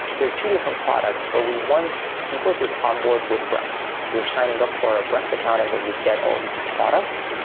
there are two different products, but we want people to onboard with brex. they're signing up for a brex account and then you'd get all these products.